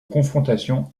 confrontation